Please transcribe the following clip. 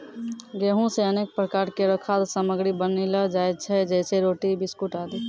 गेंहू सें अनेक प्रकार केरो खाद्य सामग्री बनैलो जाय छै जैसें रोटी, बिस्कुट आदि